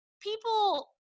People